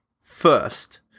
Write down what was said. first